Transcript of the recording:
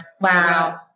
Wow